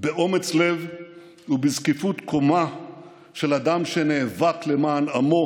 באומץ לב ובזקיפות קומה של אדם שנאבק למען עמו,